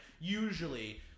usually